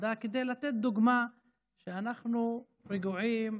הוועדה כדי לתת דוגמה שאנחנו רגועים,